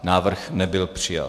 Návrh nebyl přijat.